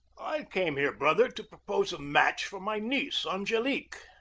i came here, brother, to propose match for my niece, angelique.